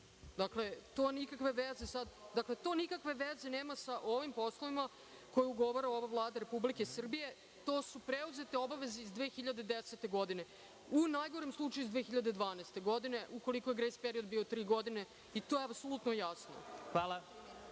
to nema nikakve veze sa ovim poslovima koje ugovora ova Vlada Republike Srbije. To su preuzete obaveze iz 2010. godine. U najgorem slučaju, iz 2012. godine ukoliko je grejs period bio tri godine i to je apsolutno jasno.